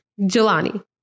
Jelani